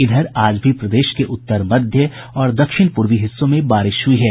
इधर आज भी प्रदेश के उत्तर मध्य और दक्षिण पूर्वी हिस्सों में बारिश हुई है